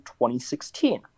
2016